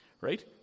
Right